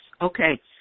Okay